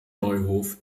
neuhof